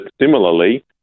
similarly